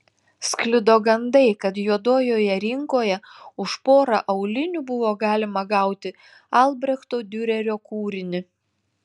sklido gandai kad juodojoje rinkoje už porą aulinių buvo galima gauti albrechto diurerio kūrinį